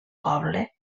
poble